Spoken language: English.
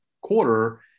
quarter